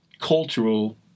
Cultural